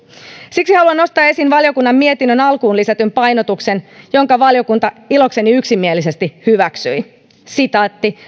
siksi haluan nostaa esiin valiokunnan mietinnön alkuun lisätyn painotuksen jonka valiokunta ilokseni yksimielisesti hyväksyi